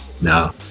No